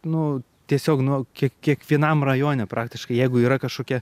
nu tiesiog nu kiek kiekvienam rajone praktiškai jeigu yra kažkokia